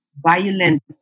violent